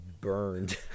burned